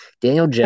Daniel